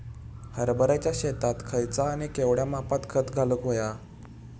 हरभराच्या शेतात खयचा आणि केवढया मापात खत घालुक व्हया?